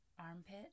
Armpit